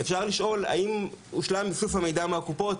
אפשר לשאול אם הושלם איסוף המידע מהקופות,